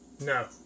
No